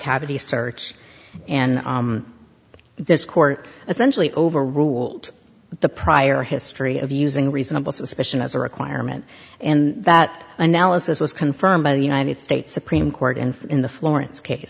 cavity search and this court essentially overruled the prior history of using reasonable suspicion as a requirement and that analysis was confirmed by the united states supreme court and in the florence case